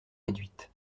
réduite